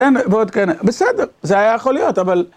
בסדר, זה היה יכול להיות, אבל...